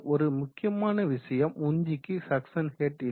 ஒரு முக்கிய விஷயம் உந்திக்கு சக்சன் ஹெட் இல்லை